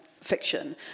fiction